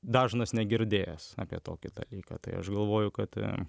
dažnas negirdėjęs apie tokį dalyką tai aš galvoju kad